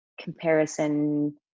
comparison